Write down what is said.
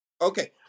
Okay